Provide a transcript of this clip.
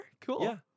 Cool